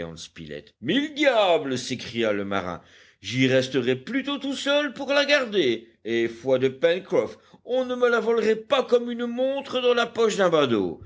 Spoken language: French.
mille diables s'écria le marin j'y resterai plutôt tout seul pour la garder et foi de pencroff on ne me la volerait pas comme une montre dans la poche